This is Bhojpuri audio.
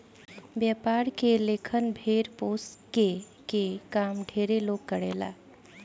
व्यापार के लेखन भेड़ पोसके के काम ढेरे लोग करेला